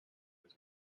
its